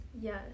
Yes